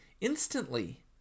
instantly